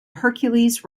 hercules